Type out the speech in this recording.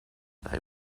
they